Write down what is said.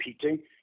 competing